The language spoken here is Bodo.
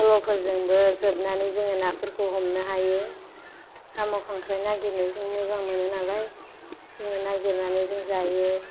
पल'फोरजोंबो जोबनानै जोंङो नाफोरखौ हमनो हायो साम' खांख्राइ नागिरनो जोंङो मोजां मोनो नालाय जोंङो नायगिर नानै जोंङो जायो